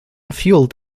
fueled